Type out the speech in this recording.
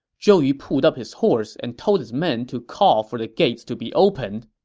zhou yu pulled up his horse and told his men to call for the gates to be opened.